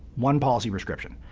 one policy prescription.